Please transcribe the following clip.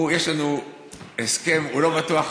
יש לנו הסכם, לא,